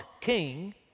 king